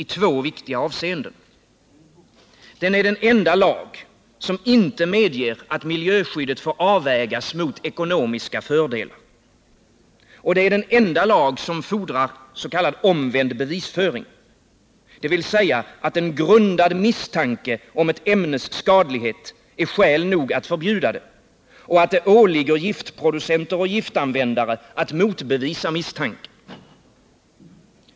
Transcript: Det är den enda lag i sitt slag som inte medger att miljöskyddet får avvägas mot ekonomiska fördelar, och det är den enda lag som fordrar s.k. omvänd bevisföring, dvs. att en grundad misstanke om ett ämnes skadlighet är skäl nog att förbjuda det och att det åligger giftproducenter och giftanvändare att motbevisa misstanken.